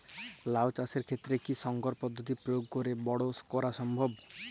লাও চাষের ক্ষেত্রে কি সংকর পদ্ধতি প্রয়োগ করে বরো করা সম্ভব?